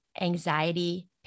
anxiety